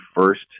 first